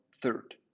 third